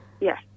yes